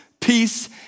peace